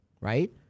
right